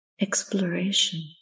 exploration